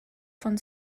von